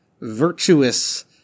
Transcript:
virtuous